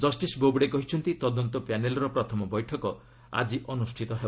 justice Bobde କହିଛନ୍ତି ତଦନ୍ତ ପ୍ୟାନେଲ୍ର ପ୍ରଥମ ବୈଠକ ଆଜି ଅନୁଷ୍ଠିତ ହେବ